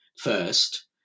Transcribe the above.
first